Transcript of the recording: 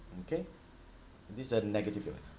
okay this is a negative